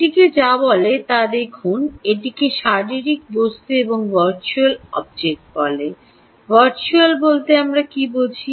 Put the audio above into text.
এটিকে যা বলে তা দেখুন এটিকে শারীরিক বস্তু এবং ভার্চুয়াল অবজেক্ট বলে ভার্চুয়াল বলতে আমরা কী বুঝি